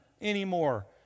anymore